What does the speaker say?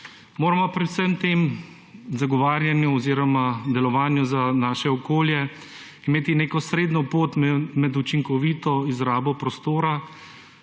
Moramo pri vsem tem zagovarjanju oziroma delovanju za naše okolje imeti neko srednjo pot med učinkovito izrabo prostora